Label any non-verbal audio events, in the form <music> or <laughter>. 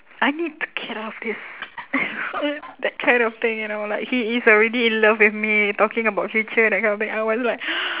I need to get out of this <noise> you know that kind of thing you know like he is already in love with me talking about future and that kind of thing I was like